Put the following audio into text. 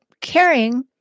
caring